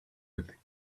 with